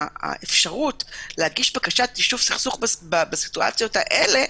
האפשרות להגיש בקשת יישוב סכסוך במצבים האלה,